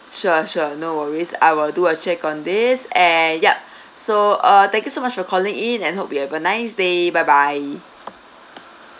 sure sure no worries I will do a check on this and yup so uh thank you so much for calling in and hope you have a nice day bye bye